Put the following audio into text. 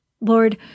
Lord